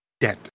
dead